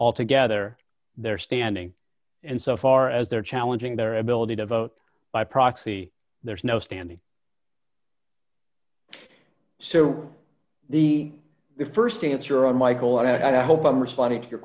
altogether their standing and so far as they're challenging their ability to vote by proxy there's no standing so the the st answer on michael i hope i'm responding to your